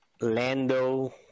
Lando